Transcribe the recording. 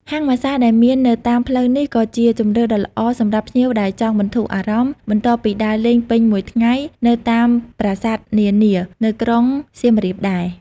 ហាងម៉ាស្សាដែលមាននៅតាមផ្លូវនេះ ក៏ជាជម្រើសដ៏ល្អសម្រាប់ភ្ញៀវដែលចង់បន្ធូរអារម្មណ៍ បន្ទាប់ពីដើរលេងពេញមួយថ្ងៃនៅតាមប្រាសាទនានានៅក្រុងសៀមរាបដែរ។